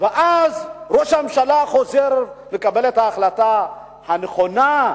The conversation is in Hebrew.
ואז ראש הממשלה חוזר לקבל את ההחלטה הנכונה,